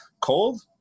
Cold